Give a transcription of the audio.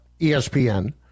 ESPN